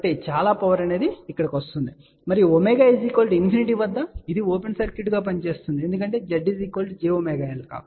కాబట్టి చాలా పవర్ ఇక్కడకు వెళ్తుంది మరియు ω ∞ వద్ద ఇది ఓపెన్ సర్క్యూట్గా పనిచేస్తుంది ఎందుకంటే z jωL